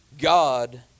God